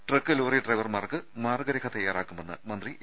truck lorry ഡ്രൈവർമാർക്ക് മാർഗരേഖ തയാറാക്കുമെന്ന് മന്ത്രി എ